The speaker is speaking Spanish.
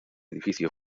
edificio